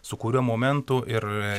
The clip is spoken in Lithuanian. su kuriuo momentu ir